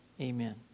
Amen